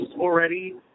already